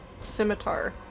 Scimitar